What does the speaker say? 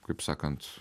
kaip sakant